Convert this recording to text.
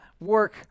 work